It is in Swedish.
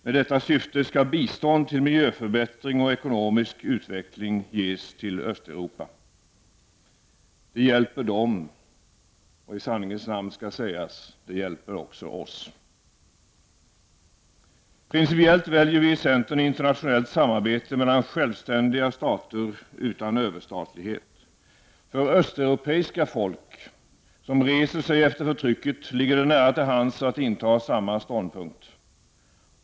Med detta syfte skall bistånd till miljöförbättring och ekonomisk utveckling ges till Östeuropa. Det hjälper dem, och i sanningens namn skall det sägas att det också hjälper oss själva. Principiellt väljer vi i centern internationellt samarbete mellan självständiga stater utan överstatlighet. För östeuropeiska folk, som reser sig efter förtrycket, ligger det nära till hands att inta samma ståndpunkt.